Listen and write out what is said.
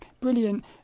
brilliant